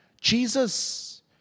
Jesus